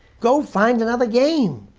go find another game.